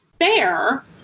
fair